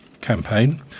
campaign